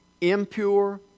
impure